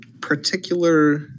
particular